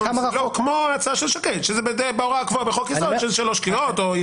כמו ההצעה של שקד שזה כבר בחוק יסוד של שלוש קריאות.